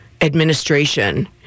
administration